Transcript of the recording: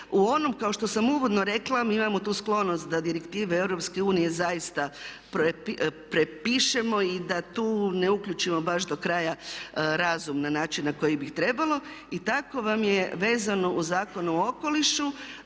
U onom kao što sam uvodno rekla, mi imamo tu sklonost da direktive EU zaista prepišemo i da tu ne uključimo baš do kraja razum na način na koji bi trebalo. I tako vam je vezano uz Zakon o okolišu